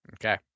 Okay